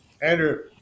Andrew